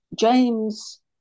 James